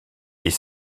est